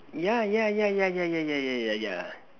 yeah yeah yeah yeah yeah yeah yeah yeah yeah yeah